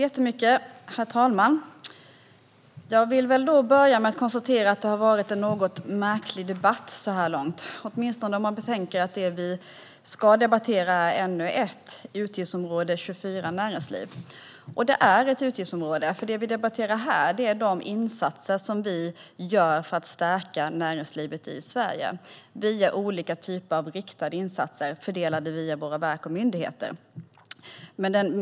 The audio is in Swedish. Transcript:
Herr talman! Jag vill börja med att konstatera att det så här långt har varit en något märklig debatt, åtminstone om man betänker att det som vi ska debattera är NU1 Utgiftsområde 24 Näringsliv . Det som vi debatterar här är de insatser som vi gör för att stärka näringslivet i Sverige. Det är olika typer av riktade insatser fördelade via våra verk och myndigheter.